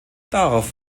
darauf